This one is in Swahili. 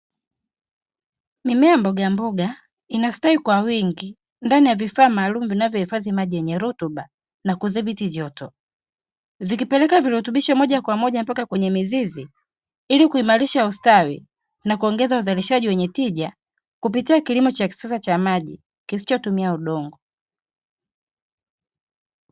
Mimea ya mbogamboga inastawi kwa wingi ndani ya vifaa maalumu vinavyohifadhi maji yenye rutuba na kudhibiti joto, vikipeleka moja kwa moja mpaka kwenye miziz ili kuhimarisha ustawi na kuongeza uzalishaji wenye tija kupitia kilimo cha kisasa cah maji kisichotumia udongo.